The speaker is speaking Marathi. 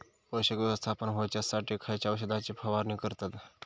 पोषक व्यवस्थापन होऊच्यासाठी खयच्या औषधाची फवारणी करतत?